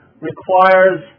requires